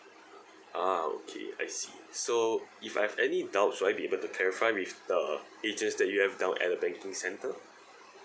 ah okay I see so if I have any doubt so I be able to clarify with the agents that you have down at the banking centre